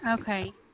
Okay